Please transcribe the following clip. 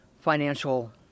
financial